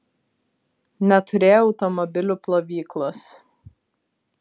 neturėjo automobilių plovyklos